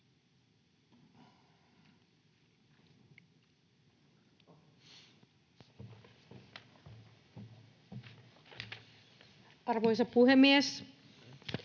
Arvoisa puhemies!